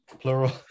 plural